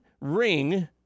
ring